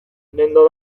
nendo